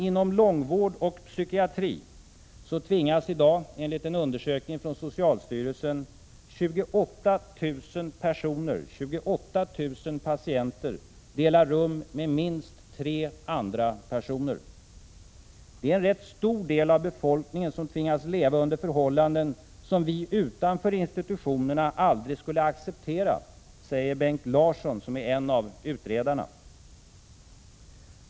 Inom långvård och psykiatri tvingas i dag, enligt en undersökning från socialstyrelsen, 28 000 patienter leva under sådana förhållanden att man delar rum med minst tre andra personer. Det är en rätt stor del av befolkningen som tvingas leva under förhållanden som vi utanför institutionerna aldrig skulle acceptera, säger Bengt Larsson, en av utredarna.